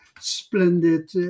splendid